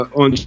on